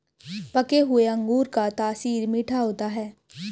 पके हुए अंगूर का तासीर मीठा होता है